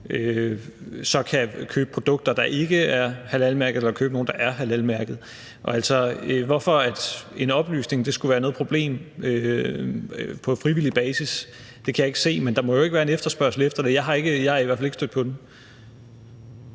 kan købe produkter, der ikke er halalmærket, eller købe nogle, der er halalmærket. Hvorfor en oplysning på frivillig basis skulle være et problem, kan jeg ikke se, men der må jo ikke være en efterspørgsel efter det. Jeg er i hvert fald ikke stødt på den.